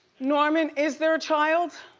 norman, is there a child?